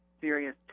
serious